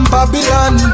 Babylon